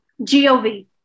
Gov